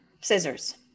scissors